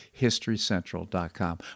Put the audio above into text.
HistoryCentral.com